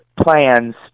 plans